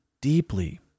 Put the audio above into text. deeply